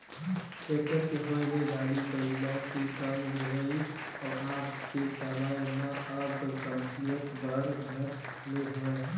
tractor के होय ले गाड़ा बइला ले काम लेवई ह आज के समे म अब कमतियाये बर धर ले हवय